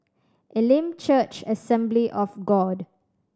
Elim Church Assembly of God